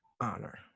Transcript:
honor